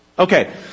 Okay